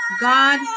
God